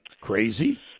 crazy